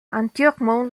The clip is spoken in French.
entièrement